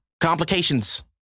complications